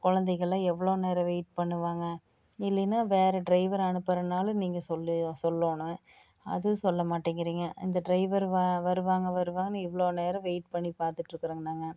குழந்தைகளெலாம் எவ்வளோ நேரம் வெயிட் பண்ணுவாங்க இல்லைன்னா வேறு ட்ரைவர் அனுப்புகிறனாலும் நீங்கள் சொல் சொல்லணும் அதுவும் சொல்ல மாட்டேங்கிறீங்க இந்த ட்ரைவர் வ வருவாங்க வருவாங்கன்னு இவ்வளோ நேரம் வெயிட் பண்ணி பார்த்துட்ருக்குறோங்க நாங்கள்